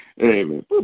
Amen